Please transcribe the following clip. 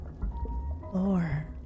Lore